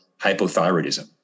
hypothyroidism